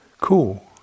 cool